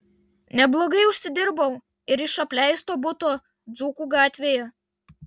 neblogai užsidirbau ir iš apleisto buto dzūkų gatvėje